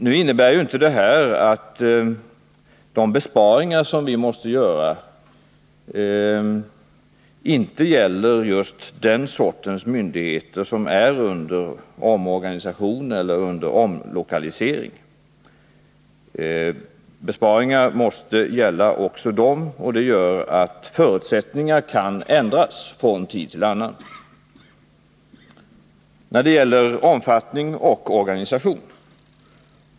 Nu innebär inte detta att de besparingar som vi måste göra inte gäller just de myndigheter som är under omorganisation eller omlokalisering. Beslut om besparingar måste gälla också dem, och det gör att förutsättningar kan ändras från tid till annan när det gäller omfattning och organisation.